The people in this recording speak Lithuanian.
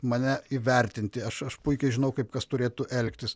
mane įvertinti aš aš puikiai žinau kaip kas turėtų elgtis